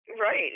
Right